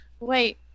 Wait